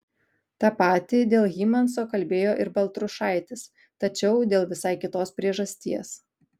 tą patį dėl hymanso kalbėjo ir baltrušaitis tačiau dėl visai kitos priežasties